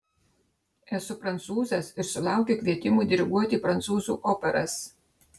esu prancūzas ir sulaukiu kvietimų diriguoti prancūzų operas